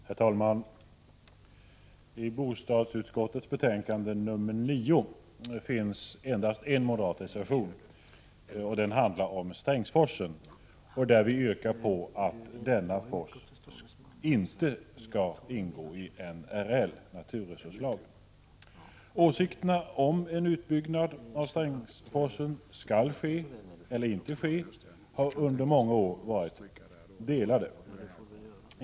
Herr talman! Till bostadsutskottets betänkande 9 har fogats endast en moderat reservation. Den handlar om Strängsforsen. Vi yrkar på att denna fors inte skall ingå i NRL, naturresurslagen. Åsikterna om huruvida en utbyggnad av Strängsforsen skall ske eller inte har under många år varit delade.